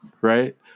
right